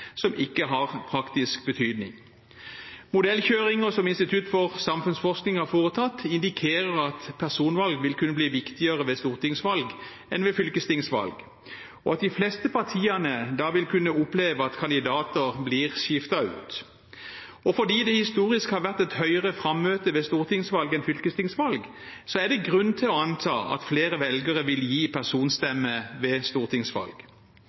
som ikke har praktisk betydning. Modellkjøringer som Institutt for samfunnsforskning har foretatt, indikerer at personvalg vil kunne bli viktigere ved stortingsvalg enn ved fylkestingsvalg, og at de fleste partiene da vil kunne oppleve at kandidater blir skiftet ut. Fordi det historisk har vært høyere frammøte ved stortingsvalg enn ved fylkestingsvalg, er det grunn til å anta at flere velgere vil gi personstemme ved stortingsvalg.